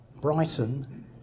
Brighton